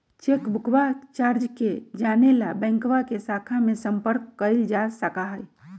चेकबुकवा चार्ज के जाने ला बैंकवा के शाखा में संपर्क कइल जा सका हई